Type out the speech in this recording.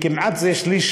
זה כמעט שליש